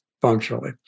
functionally